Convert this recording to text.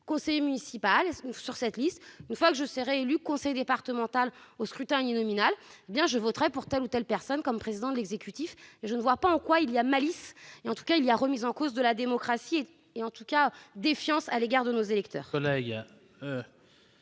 conseillère municipale sur cette liste, une fois que je serai élue conseillère départementale au scrutin uninominal, je voterai pour telle ou telle personne pour la présidence de l'exécutif. Je ne vois pas en quoi il y a malice, remise en cause de la démocratie ... Merci !... ou défiance à l'égard de nos électeurs.